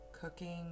Cooking